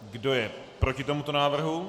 Kdo je proti tomuto návrhu?